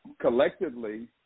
collectively